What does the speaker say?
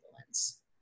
influence